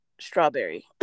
Strawberry